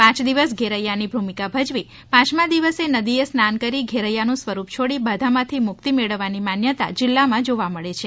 પાંચ દિવસ ઘેરૈયાની ભૂમિકા ભજવી પયમાં દિવસે નદીએ સ્નાન કરી ઘેરૈયાનું સ્વરૂપ છોડી બાધામાંથી મુક્તિ મેળવવાની માન્યતા જિલ્લામાં જોવા મળે છે